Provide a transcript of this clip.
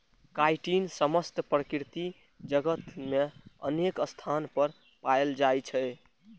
chitin समस्त प्रकृति जगत मे अनेक स्थान पर पाएल जाइ छै